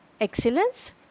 excellence